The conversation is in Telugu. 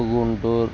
గుంటూరు